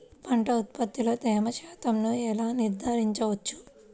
పంటల ఉత్పత్తిలో తేమ శాతంను ఎలా నిర్ధారించవచ్చు?